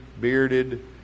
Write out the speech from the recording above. bearded